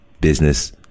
business